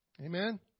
Amen